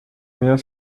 mehr